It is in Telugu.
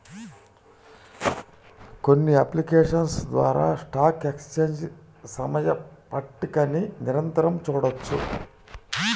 కొన్ని అప్లికేషన్స్ ద్వారా స్టాక్ ఎక్స్చేంజ్ సమయ పట్టికని నిరంతరం చూడొచ్చు